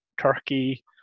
turkey